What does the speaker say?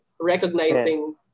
recognizing